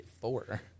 four